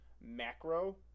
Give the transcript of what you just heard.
macro